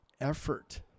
effort